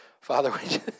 Father